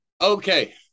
Okay